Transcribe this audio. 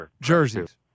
jerseys